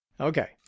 Okay